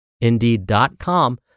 indeed.com